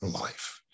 life